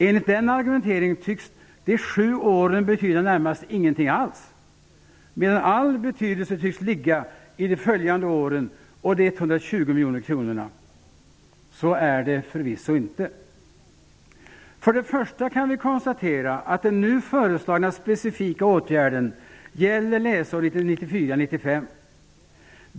Enligt den argumenteringen tycks de sju åren betyda närmast ingenting alls, medan all betydelse tycks ligga i de följande åren och de 120 miljoner kronorna. Så är det förvisso inte. För det första kan vi konstatera att den nu föreslagna specifika åtgärden gäller läsåret 1994/95.